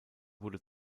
wurde